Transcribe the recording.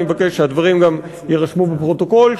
אני מבקש שהדברים גם יירשמו בפרוטוקול,